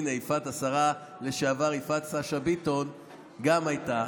הינה, יפעת, השרה לשעבר יפעת שאשא ביטון גם הייתה,